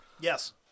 Yes